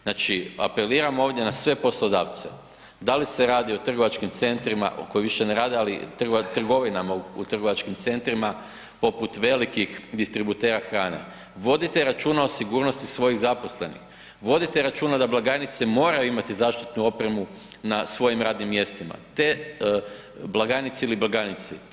Znači, apeliram ovdje na sve poslodavce, da li se radi o trgovačkim centrima koji više ne radi, ali trgovinama u trgovačkim centrima poput velikih distributera hrane, vodite računa o sigurnosti svojih zaposlenih, vodite računa da blagajnice moraju imati zaštitnu opremu na svojim radnim mjestima, te, blagajnice ili blagajnici.